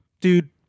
dude